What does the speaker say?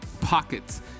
pockets